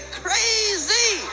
crazy